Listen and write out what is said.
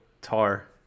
Tar